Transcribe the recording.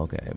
Okay